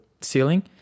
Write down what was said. ceiling